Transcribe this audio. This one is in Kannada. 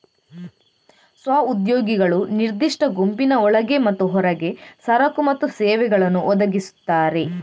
ಸ್ವ ಉದ್ಯೋಗಿಗಳು ನಿರ್ದಿಷ್ಟ ಗುಂಪಿನ ಒಳಗೆ ಮತ್ತು ಹೊರಗೆ ಸರಕು ಮತ್ತು ಸೇವೆಗಳನ್ನು ಒದಗಿಸ್ತಾರೆ